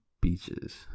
beaches